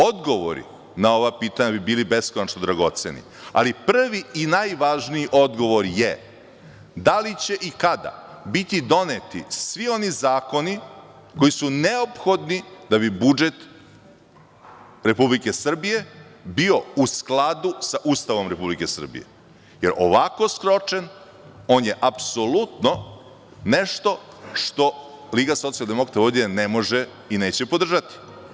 Odgovori na ova pitanja bi bili beskonačni dragoceni, ali prvi i najvažniji odgovor je, da li će i kada biti doneti svi oni zakoni koji su neophodni da bi budžet Republike Srbije bio u skladu sa Ustavom Republike Srbije, jer ovako sročen on je apsolutno nešto što LSV ne može i neće podržati.